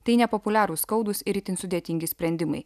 tai nepopuliarūs skaudūs ir itin sudėtingi sprendimai